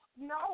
No